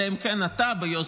אלא אם כן אתה ביוזמתך,